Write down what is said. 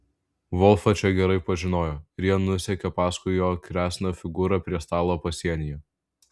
volfą čia gerai pažinojo ir jie nusekė paskui jo kresną figūrą prie stalo pasienyje